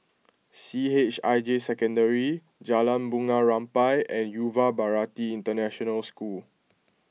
C H I J Secondary Jalan Bunga Rampai and Yuva Bharati International School